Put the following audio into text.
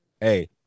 hey